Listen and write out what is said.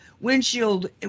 windshield